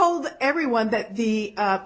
told everyone that the